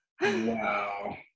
Wow